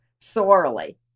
sorely